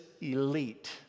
elite